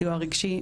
סיוע רגשי,